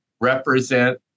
represent